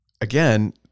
again